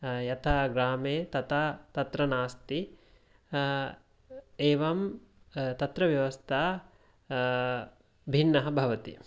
यथा ग्रामे तथा तत्र नास्ति एवं तत्र व्यवस्था भिन्नः भवति